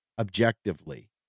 Objectively